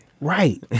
Right